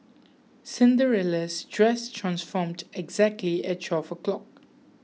Cinderella's dress transformed exactly at twelve o'clock